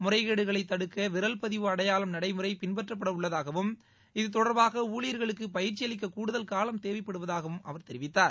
முறைகேடுகளை தடுக்க விரல் பதிவு அடையாளம் நடைமுறை பின்பற்றப்பட உள்ளதாகவும் இது தொடர்பாக ஊழியர்களுக்கு பயிற்சி அளிக்க கூடுதல் காலம் தேவைப்படுவதாகவும் அவர் தெரிவித்தார்